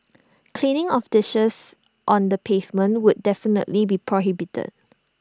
cleaning of dishes on the pavement would definitely be prohibited